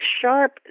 sharp